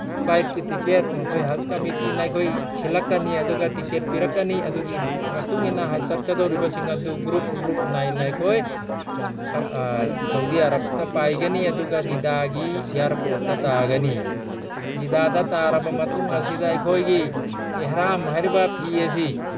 ꯐ꯭ꯂꯥꯏꯠꯀꯤ ꯇꯤꯀꯦꯠ ꯃꯈꯣꯏ ꯍꯁ ꯀꯃꯤꯇꯤꯅ ꯑꯩꯈꯣꯏ ꯁꯤꯜꯂꯛꯅꯤ ꯑꯗꯨꯒ ꯇꯤꯀꯦꯠ ꯄꯤꯔꯛꯀꯅꯤ ꯑꯗꯨꯒꯤ ꯃꯇꯨꯡꯏꯟꯅ ꯍꯁ ꯆꯠꯀꯗꯧꯔꯤꯕꯁꯤꯡ ꯑꯗꯨ ꯒ꯭ꯔꯨꯞ ꯒ꯭ꯔꯨꯞ ꯅꯥꯏꯅ ꯑꯩꯈꯣꯏ ꯁꯥꯎꯗꯤ ꯑꯔꯞꯇ ꯄꯥꯏꯒꯅꯤ ꯑꯗꯨꯒ ꯖꯤꯗꯥꯒꯤ ꯏꯌꯥꯔꯄꯣꯔꯠꯇ ꯇꯥꯒꯅꯤ ꯖꯤꯗꯥꯗ ꯇꯥꯔꯕ ꯃꯇꯨꯡ ꯑꯁꯤꯗ ꯑꯩꯈꯣꯏꯒꯤ ꯑꯦꯍꯔꯥꯝ ꯍꯥꯏꯔꯤꯕ ꯐꯤ ꯑꯁꯤ